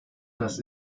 das